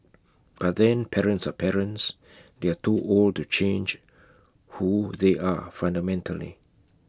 but then parents are parents they are too old to change who they are fundamentally